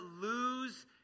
lose